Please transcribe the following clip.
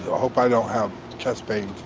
hope i don't have chest pains